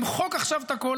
למחוק עכשיו את הכול,